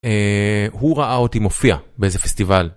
הוא ראה אותי מופיע באיזה פסטיבל.